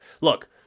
look